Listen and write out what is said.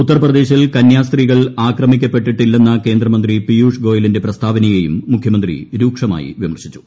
ഉത്തർപ്രദേശിൽ കന്യാസ്ത്രീകൾ ആക്രമിക്കപ്പെട്ടിട്ടില്ലെന്ന കേന്ദ്ര മന്ത്രി പിയൂഷ് ഗോയലിന്റെ പ്രസ്താവനയെയും മുഖ്യമന്ത്രി രൂക്ഷമായി വിമർശിച്ചു